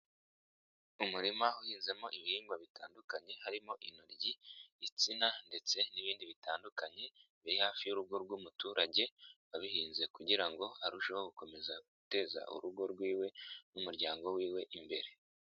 Umurima uhinzemo ibihingwa bitandukanye harimo intoryi, insina ndetse n'ibindi bitandukanye biri hafi y'urugo rw'umuturage, wabihinze kugira ngo arusheho gukomeza guteza urugo rwiwe n'umuryango wiwe imbere.